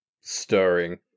stirring